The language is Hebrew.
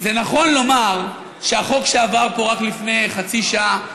זה נכון לומר שהחוק שעבר פה רק לפני חצי שעה,